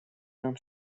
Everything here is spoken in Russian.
нам